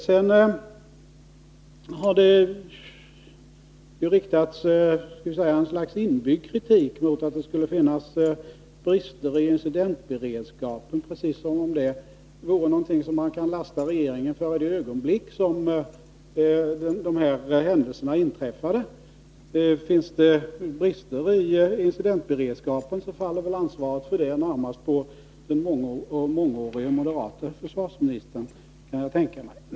Det har riktats något slags inbyggd kritik mot brister i incidentberedskapen, precis som om det vore någonting som man kan lasta regeringen för i det ögonblick då en händelse inträffar. Finns det brister i incidentberedskapen, faller väl ansvaret för det närmast på den mångårige moderate försvarsministern, kan jag tänka mig.